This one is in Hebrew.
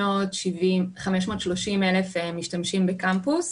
530,000 משתמשים בקמפוס,